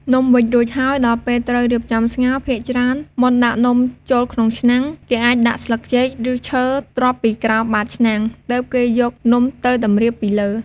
នំវេចរួចហើយ ដល់ពេលត្រូវរៀបចំស្ងោរ។ ភាគច្រើនមុនដាក់នំចូលក្នុងឆ្នាំង គេអាចដាក់ស្លឹកចេក ឬឈើទ្រាប់ពីក្រោមបាតឆ្នាំង ទើបគេយកនំទៅតម្រៀបពីលើ។